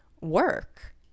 work